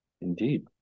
indeed